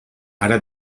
ara